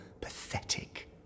pathetic